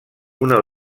una